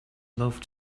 love